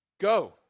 Go